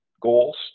goals